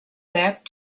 back